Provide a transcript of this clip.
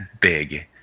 big